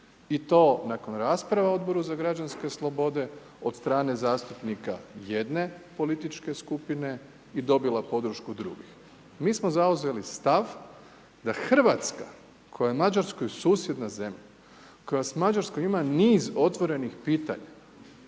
i to nakon rasprave u odboru za građanske slobode od strane zastupnika jedne političke skupine i dobila podršku drugih. Mi smo zauzeli stav da Hrvatska koja je Mađarskoj susjedna zemlja, koja s Mađarskom ima niz otvorenih pitanja,